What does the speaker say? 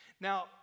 Now